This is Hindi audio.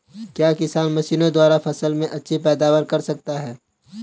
क्या किसान मशीनों द्वारा फसल में अच्छी पैदावार कर सकता है?